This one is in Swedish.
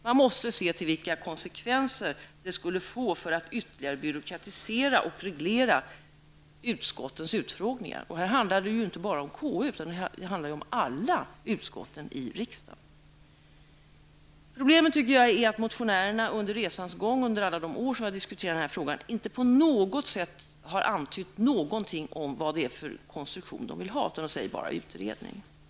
Man måste se till vilka konsekvenser det skulle få om man ytterligare byråkratiserar och reglerar utskottets utfrågningar. Det handlar ju inte bara om KU här, utan det handlar om alla utskotten i riksdagen. Problemet är att motionärerna under resans gång, under alla de år som vi har diskuterat den här frågan, inte på något sätt har antytt någonting om vad det är för konstruktion de vill ha. De talar bara om en utredning.